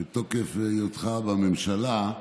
מתוקף היותך בממשלה,